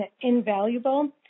invaluable